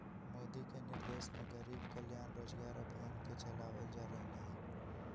मोदी के निर्देशन में गरीब कल्याण रोजगार अभियान के चलावल जा रहले है